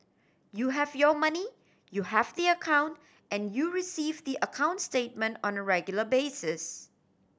you have your money you have the account and you receive the account statement on a regular basis